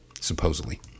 supposedly